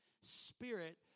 Spirit